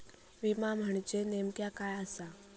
विमा म्हणजे नेमक्या काय आसा?